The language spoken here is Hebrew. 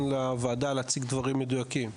נכון להציג דברים מדויקים לוועדה.